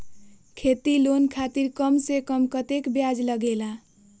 खेती लोन खातीर कम से कम कतेक ब्याज लगेला?